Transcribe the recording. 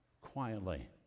quietly